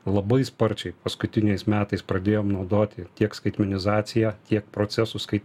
labai sparčiai paskutiniais metais pradėjom naudoti tiek skaitmenizaciją tiek procesus kaip